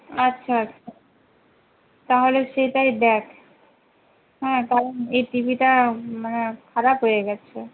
আচ্ছা আচ্ছা তাহলে সেটাই দেখ হ্যাঁ কারণ এই টি ভিটা মানে খারাপ হয়ে গেছে